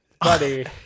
buddy